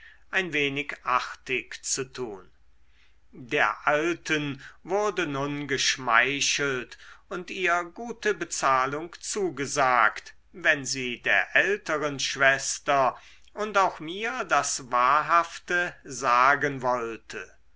ein wenig artig zu tun der alten wurde nun geschmeichelt und ihr gute bezahlung zugesagt wenn sie der älteren schwester und auch mir das wahrhafte sagen wollte